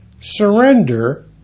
Surrender